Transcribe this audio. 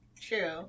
true